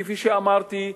כפי שאמרתי,